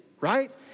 right